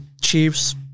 Chiefs